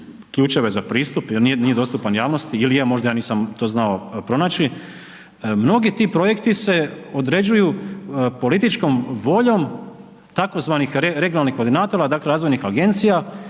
ključeve za pristup jer nije dostupan javnosti ili je, možda ja nisam to znao pronaći. Mnogi ti projekti se određuju političkom voljom tzv. regionalnih koordinatora dakle razvojnih agencija,